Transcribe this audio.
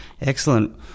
Excellent